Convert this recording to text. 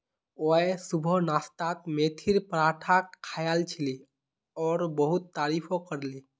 Y सुबह नाश्तात मेथीर पराठा खायाल छिले और बहुत तारीफो करले